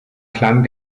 klang